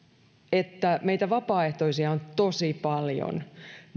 että meitä vapaaehtoisia on tosi paljon